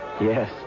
Yes